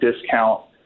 discount